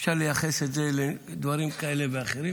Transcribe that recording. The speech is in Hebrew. אפשר לייחס את זה לדברים כאלה ואחרים,